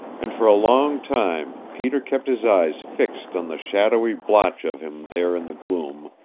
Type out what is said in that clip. and for a long time peter kept his eyes fixed on the shadowy blotch of him there in the gloom,